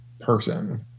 person